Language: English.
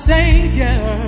Savior